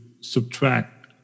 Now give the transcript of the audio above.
subtract